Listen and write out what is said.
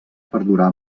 perdurar